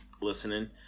Listening